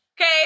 Okay